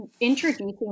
introducing